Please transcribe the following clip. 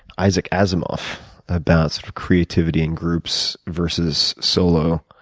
isaac asimov about sort of creativity and groups versus solo